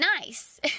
nice